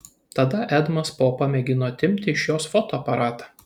tada edmas popa mėgino atimti iš jos fotoaparatą